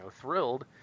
thrilled